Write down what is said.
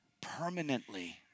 permanently